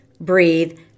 breathe